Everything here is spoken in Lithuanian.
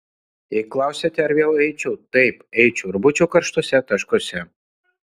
jei klausiate ar vėl eičiau taip eičiau ir būčiau karštuose taškuose